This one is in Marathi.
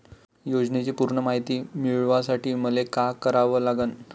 योजनेची पूर्ण मायती मिळवासाठी मले का करावं लागन?